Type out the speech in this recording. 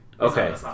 okay